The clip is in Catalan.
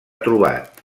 trobat